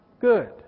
good